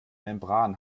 membran